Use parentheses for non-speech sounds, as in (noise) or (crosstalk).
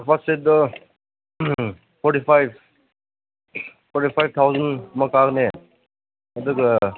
(unintelligible) ꯎꯝ forty five forty five ꯊꯥꯎꯖꯟꯒꯨꯝꯕ ꯇꯥꯒꯅꯤ ꯑꯗꯨꯒ